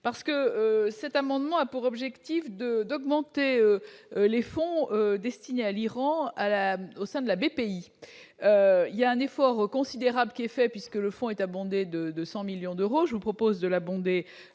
parce que cet amendement a pour objectif de d'augmenter. Les fonds destinés à l'Iran à la au sein de la BPI il y a un effort considérable qui est fait puisque le fond est abondée de 200 millions d'euros, je vous propose de la bombe